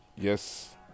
yes